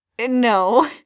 No